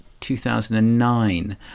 2009